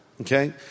Okay